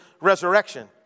resurrection